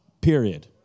period